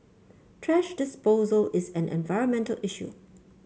thrash disposal is an environmental issue